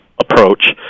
approach